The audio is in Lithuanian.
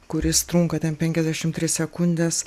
kuris trunka ten penkiasdešim tris sekundes